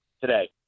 today